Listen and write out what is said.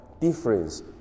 difference